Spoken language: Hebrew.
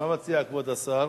מה מציע כבוד השר?